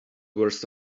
worst